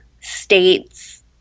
States